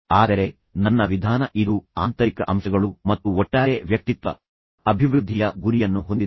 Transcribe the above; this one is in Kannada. ಆದರೆ ನನ್ನ ವಿಧಾನ ಇದು ಆಂತರಿಕ ಅಂಶಗಳು ಮತ್ತು ಒಟ್ಟಾರೆ ವ್ಯಕ್ತಿತ್ವ ಅಭಿವೃದ್ಧಿಯ ಗುರಿಯನ್ನು ಹೊಂದಿದೆ